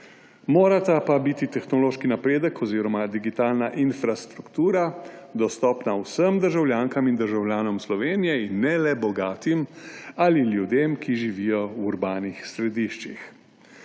Morata pa biti tehnološki napredek oziroma digitalna infrastruktura dostopna vsem državljankam in državljanom Slovenije, ne le bogatim ali ljudem, ki živijo v urbanih središčih.